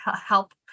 help